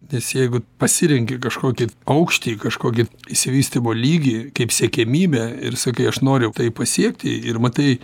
nes jeigu pasirenki kažkokį aukštį kažkokį išsivystymo lygį kaip siekiamybę ir sakai aš noriu tai pasiekti ir matai